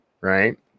right